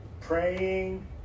praying